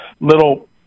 little